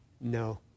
No